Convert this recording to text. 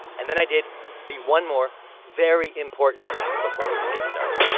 and then i did the one more very important thing before we could get started.